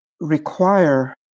require